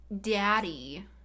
daddy